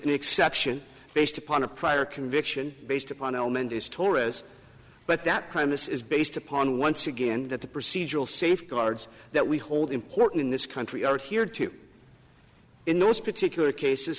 an exception based upon a prior conviction based upon element is taurus but that kindness is based upon once again that the procedural safeguards that we hold important in this country are here to in those particular case